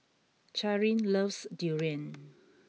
Charin loves durian